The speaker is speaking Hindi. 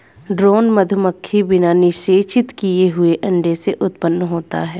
ड्रोन मधुमक्खी बिना निषेचित किए हुए अंडे से उत्पन्न होता है